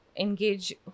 engage